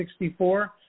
64